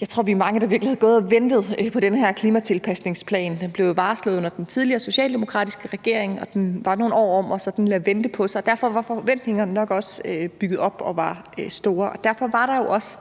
Jeg tror, at vi er mange, der virkelig har gået og ventet på den her klimatilpasningsplan. Den blev varslet under den tidligere socialdemokratiske regering og lod vente på sig i nogle år. Derfor havde forventningerne nok også bygget sig op og var blevet store. Derfor var der jo også,